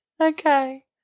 Okay